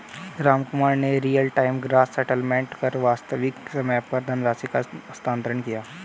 रामकुमार ने real time gross settlement कर वास्तविक समय पर धनराशि का हस्तांतरण किया